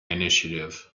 initiative